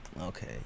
Okay